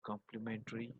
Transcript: complementary